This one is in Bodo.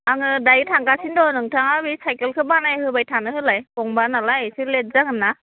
आङो दायो थांगासिनो दङ नोंथाङा बे साइखेलखो बानायहोबाय थानो होलाय गंबा नालाय एसे लेट जागोनना